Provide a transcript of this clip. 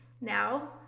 now